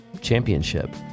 championship